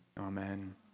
Amen